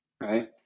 Right